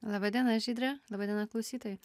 laba diena žydre laba diena klausytojai